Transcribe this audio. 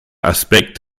aspekt